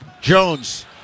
Jones